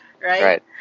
Right